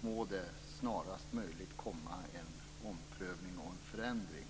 Må det i demokratins namn snarast möjligt komma en omprövning och en förändring.